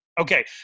Okay